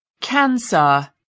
cancer